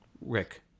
Rick